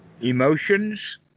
emotions